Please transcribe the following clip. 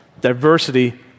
diversity